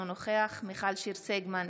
אינו נוכח מיכל שיר סגמן,